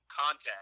content